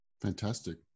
Fantastic